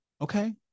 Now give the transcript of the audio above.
Okay